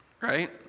right